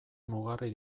mugarri